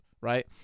right